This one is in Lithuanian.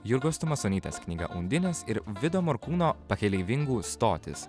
jurgos tumasonytės knyga undinės ir vido morkūno pakeleivingų stotys